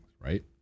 right